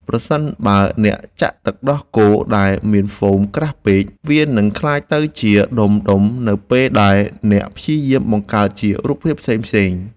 ប្រសិនបើអ្នកចាក់ទឹកដោះគោដែលមានហ្វូមក្រាស់ពេក វានឹងក្លាយទៅជាដុំៗនៅពេលដែលអ្នកព្យាយាមបង្កើតរូបរាងផ្សេងៗ។